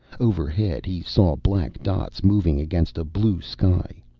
overhead, he saw black dots moving against a blue sky.